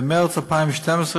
במרס 2012,